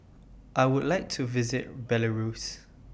I Would like to visit Belarus